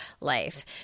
life